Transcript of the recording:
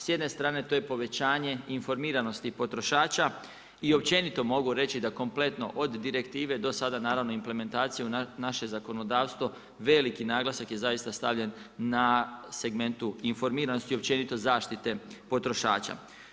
S jedne strane to je povećanje informiranosti potrošača i općenito mogu reći da kompletno od direktive do sada naravno implementacije u naše zakonodavstvo veliki naglasak je zaista stavljen na segmentu informiranosti i općenito zaštite potrošača.